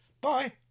Bye